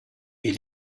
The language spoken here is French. est